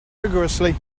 rigourously